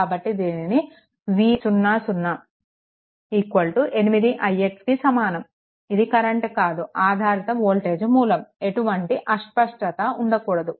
కాబట్టి దీనిని మనం v00 8ix కి సమానం ఇది కరెంట్ కాదు ఆధారిత వోల్టేజ్ మూలం ఎటువంటి అస్పష్టత ఉండకూడదు